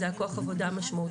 זה היה כוח עבודה משמעותי.